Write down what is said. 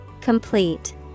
Complete